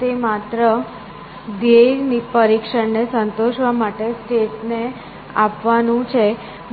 તે માત્ર ધ્યેય પરીક્ષણને સંતોષવા માટે સ્ટેટ ને આપવાનું છે